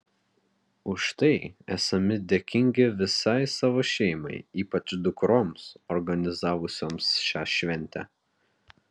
už tai esami dėkingi visai savo šeimai ypač dukroms organizavusioms šią šventę